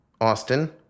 Austin